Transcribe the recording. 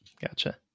Gotcha